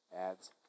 Ads